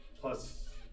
plus